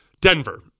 Denver